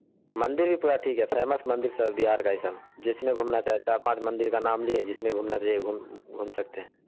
مندر بھی پورا ٹھیک ہے فیمس مندر سب بہار کا یہ سب جس میں گھومنا چاہیں چار پانچ مندر کا نام لیے جس میں گھومنا چاہیے گھوم سکتے ہیں